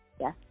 Yes